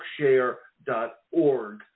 Bookshare.org